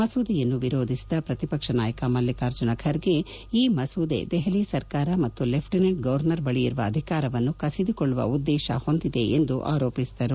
ಮಸೂದೆಯನ್ನು ವಿರೋಧಿಸಿದ ಪ್ರತಿಪಕ್ಷ ನಾಯಕ ಮಲ್ಲಿಕಾರ್ಜುನ ಖರ್ಗೆ ಈ ಮಸೂದೆ ದೆಹಲಿ ಸರ್ಕಾರ ಮತ್ತು ಲೆಫ್ಚಿನೆಂಟ್ ಗವರ್ನರ್ ಬಳಿ ಇರುವ ಅಧಿಕಾರನ್ನು ಕಸಿದುಕೊಳ್ಳುವ ಉದ್ದೇಶ ಹೊಂದಿದೆ ಎಂದು ಆರೋಪಿಸಿದರು